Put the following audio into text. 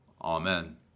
Amen